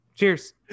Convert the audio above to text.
Cheers